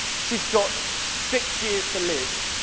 she's got six years to live